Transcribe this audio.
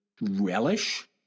relish